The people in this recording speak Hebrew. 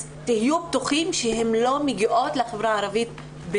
תהיו בטוחים שהן בכלל לא מגיעות לחברה הערבית.